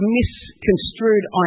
misconstrued